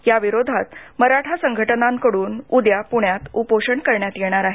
या विरोधात मराठा संघटनांकडून उद्या पुण्यात उपोषण करण्यात येणार आहे